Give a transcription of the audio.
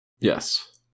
Yes